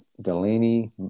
Delaney